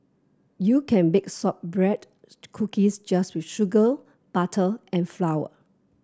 you can bake sort bread cookies just with sugar butter and flour